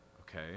okay